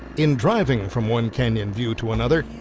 in driving from one canyon view to another,